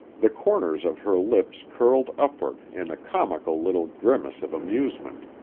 the corners of her lips curled upward in a comical little grimace of amusement,